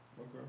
Okay